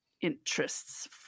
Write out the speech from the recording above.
interests